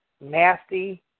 nasty